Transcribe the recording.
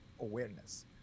awareness